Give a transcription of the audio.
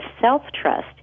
self-trust